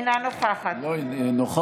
בעד עופר כסיף, נגד